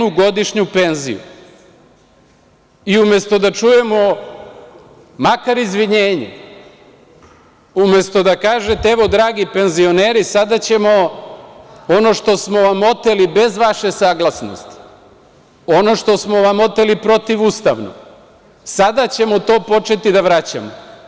Umesto da čujemo makar izvinjenje, umesto da kažete – evo, dragi penzioneri, sada ćemo ono što smo vam oteli bez vaše saglasnosti, ono što smo vam oteli protivustavno, sada ćemo to početi da vraćamo.